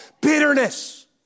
bitterness